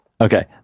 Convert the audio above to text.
Okay